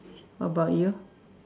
what about you